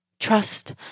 Trust